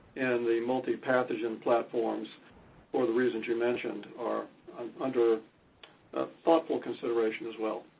and the multi-pathogen platforms for the reasons you mentioned are under thoughtful consideration, as well.